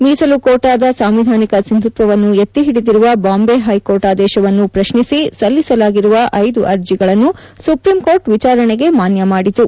ಮೀಸಲು ಕೋಟಾದ ಸಾಂವಿಧಾನಿಕ ಸಿಂಧುತ್ವವನ್ನು ಎತ್ತಿಹಿಡಿದಿರುವ ಬಾಂಬೆ ಹೈಕೋರ್ಟ್ ಆದೇಶವನ್ನ ಪ್ರಶ್ನಿಸಿ ಸಲ್ಲಿಸಲಾಗಿರುವ ಐದು ಅರ್ಜಿಗಳನ್ನು ಸುಪ್ರೀಂಕೋರ್ಟ್ ವಿಚಾರಣೆಗೆ ಮಾನ್ಯ ಮಾಡಿತು